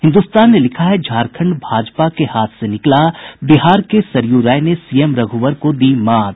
हिन्दुस्तान ने लिखा है झारखंड भाजपा के हाथ से निकला बिहार के सरयू राय ने सीएम रघुवर को दी मात